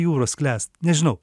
jūrą sklęst nežinau